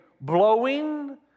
blowing